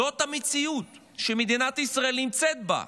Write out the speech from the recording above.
זאת המציאות שמדינת ישראל נמצאת בה.